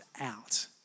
out